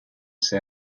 ses